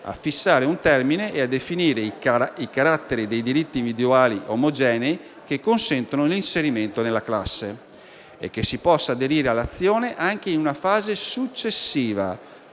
a fissare un termine e a definire i caratteri dei diritti individuali omogenei che consentono l'inserimento nella classe e che si possa aderire all'azione anche in una fase successiva,